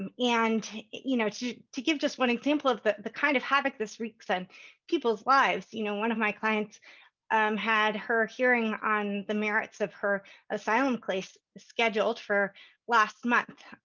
and and you know to to give just one example of but the kind of havoc this wreaks on and people's lives, you know, one of my clients um had her hearing on the merits of her asylum place scheduled for last month.